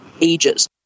ages